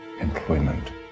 employment